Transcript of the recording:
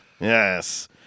yes